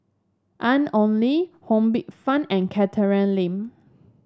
Ian Ong Li Ho Poh Fun and Catherine Lim